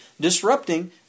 disrupting